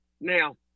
Now